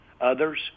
others